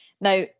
Now